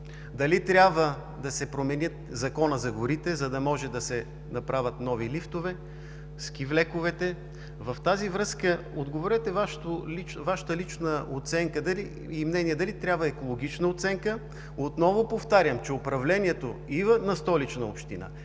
дали трябва да се промени Законът за горите, за да може да се направят нови лифтове, ски влековете. В тази връзка отговорете – Вашата лична оценка и мнение дали трябва екологична оценка. Отново повтарям, че управлението и на Столична община,